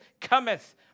cometh